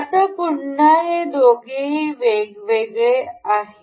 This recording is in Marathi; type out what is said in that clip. आता पुन्हा हे दोघेही वेगवेगळे आहेत